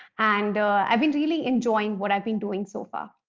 and i've been really enjoying what i've been doing so far.